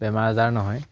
বেমাৰ আজাৰ নহয়